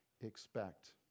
expect